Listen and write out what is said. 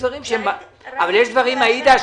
אבל עאידה,